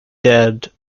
dead